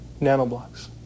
nanoblocks